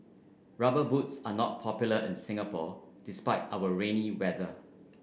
rubber boots are not popular in Singapore despite our rainy weather